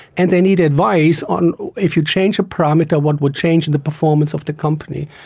and they need advice on if you change a parameter, what would change in the performance of the company.